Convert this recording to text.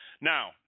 Now